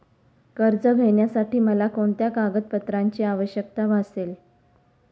कर्ज घेण्यासाठी मला कोणत्या कागदपत्रांची आवश्यकता भासेल?